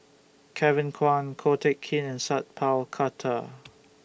Kevin Kwan Ko Teck Kin Sat Pal Khattar